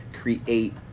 create